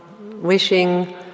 wishing